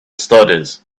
studies